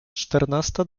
czternasta